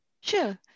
Sure